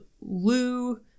Lou